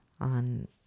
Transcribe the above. on